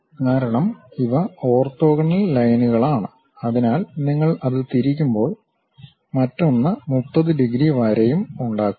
കാരണം ഇവ ഓർത്തോഗണൽ ലൈനുകളാണ് അതിനാൽ നിങ്ങൾ അത് തിരിക്കുമ്പോൾ മറ്റൊന്ന് 30 ഡിഗ്രി വരയും ഉണ്ടാക്കുന്നു